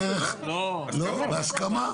בהסכמה.